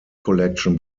collection